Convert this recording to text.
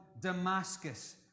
Damascus